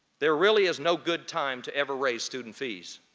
there really is no good time to every raise student fees.